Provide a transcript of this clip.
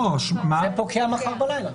זה פוקע מחר בלילה.